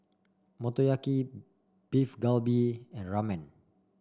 Motoyaki Beef Galbi and Ramen